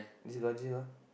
is legit lah